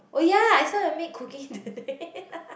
oh ya I saw your maid cooking today